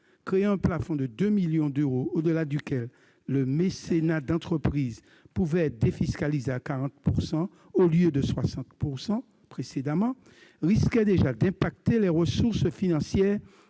créant un plafond de 2 millions d'euros, au-delà duquel le mécénat d'entreprise pouvait être défiscalisé à 40 %, au lieu de 60 % précédemment, risquait déjà de réduire les ressources financières